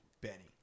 Benny